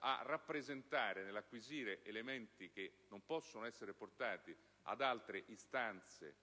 a rappresentare ed acquisire elementi che non possono essere portati ad altre istanze